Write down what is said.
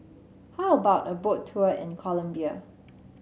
how about a Boat Tour in Colombia